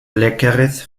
leckeres